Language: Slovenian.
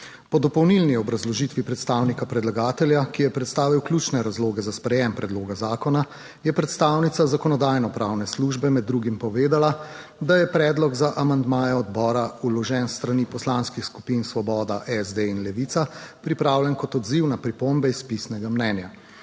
Po dopolnilni obrazložitvi predstavnika predlagatelja, ki je predstavil ključne razloge za sprejem predloga zakona, je predstavnica Zakonodajno-pravne službe med drugim povedala, da je predlog za amandmaje odbora vložen s strani Poslanskih skupin Svoboda, SD in Levica, pripravljen kot odziv na pripombe iz pisnega mnenja.